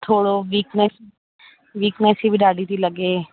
थोरो weakness weakness बि ॾाढी थी लॻे